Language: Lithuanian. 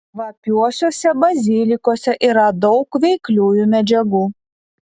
kvapiuosiuose bazilikuose yra daug veikliųjų medžiagų